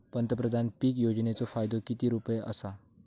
पंतप्रधान पीक योजनेचो फायदो किती रुपये आसा?